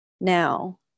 now